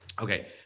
Okay